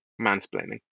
mansplaining